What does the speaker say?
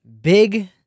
big